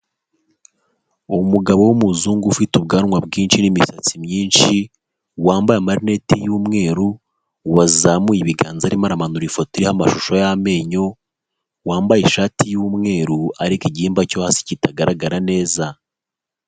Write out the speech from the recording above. Umugabo w'umuzungu ufite ubwanwa bwinshi n'imisatsi myinshi, wambaye amarinete y'umweru, wazamuye ibiganza arimo aramanura ifoto iriho amashusho y'amenyo, wambaye ishati y'umweru ariko igihimba cyo hasi kitagaragara neza.